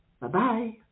Bye-bye